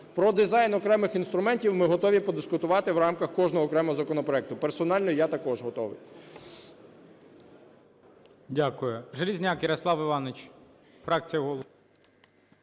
Про дизайн окремих інструментів ми готові подискутувати в рамках кожного окремого законопроекту. Персонально я також готовий.